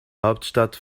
hauptstadt